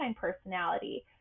personality